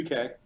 UK